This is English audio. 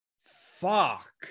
fuck